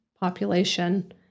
population